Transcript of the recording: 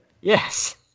Yes